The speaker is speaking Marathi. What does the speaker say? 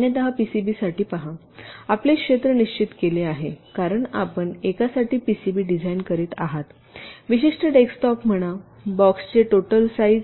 सामान्यत पीसीबी साठी पहा आपले क्षेत्र निश्चित केले आहे कारण आपण एकासाठी पीसीबी डिझाइन करीत आहात विशिष्ट डेस्कटॉप म्हणा बॉक्सचे टोटल साईज